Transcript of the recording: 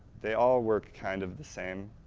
they all work kind of the same.